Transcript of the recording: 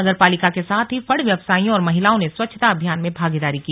नगर पालिका के साथ ही फड़ व्यवसायियों और महिलाओं ने स्वच्छता अभियान में भागीदारी की